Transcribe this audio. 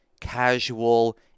casual